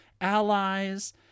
allies